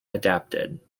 adapted